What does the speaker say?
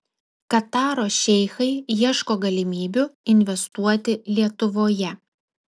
kataro šeichai ieško galimybių investuoti lietuvoje